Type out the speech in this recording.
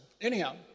Anyhow